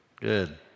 Good